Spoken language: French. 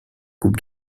coupe